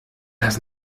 lass